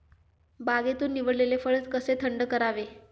बागेतून निवडलेले फळ कसे थंड करावे?